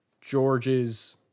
george's